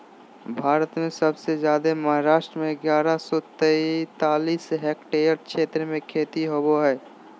भारत में सबसे जादे महाराष्ट्र में ग्यारह सौ सैंतालीस हेक्टेयर क्षेत्र में खेती होवअ हई